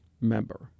member